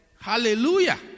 hallelujah